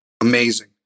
Amazing